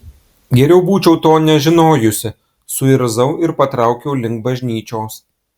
geriau būčiau to nežinojusi suirzau ir patraukiau link bažnyčios